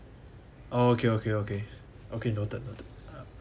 okay okay okay okay noted noted ah